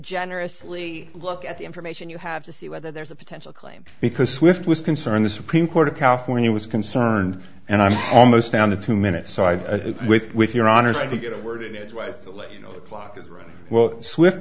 generously look at the information you have to see whether there's a potential claim because swift was concerned the supreme court of california was concerned and i'm almost down to two minutes so i with with your honor's to get a word in edgeways clark well swift